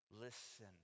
listen